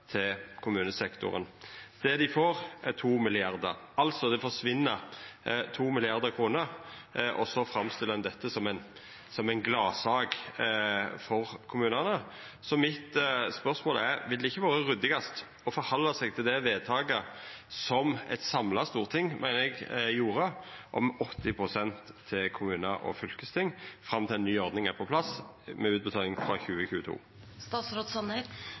til kommunesektoren. Det dei får, er 2 mrd. kr. Det forsvinn altså 2 mrd. kr, og så framstiller ein dette som ei gladsak for kommunane. Mitt spørsmål er: Ville det ikkje vore ryddigast å halda seg til det vedtaket som eit samla storting gjorde – meiner eg – om 80 pst. til kommunar og fylke fram til ei ny ordning er på plass med utbetaling frå